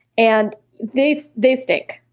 and they they stink.